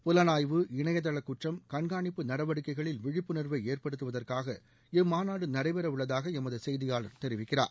புலனாய்வு இணையதள குற்றம் கண்காணிப்பு நடவடிக்கைகளில் விழிப்புணர்வை ஏற்படுத்துவதற்காக இம்மாநாடு நடைபெறவுள்ளதாக எமது செய்தியாளர் தெரிவிக்கிறார்